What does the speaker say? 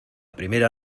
primera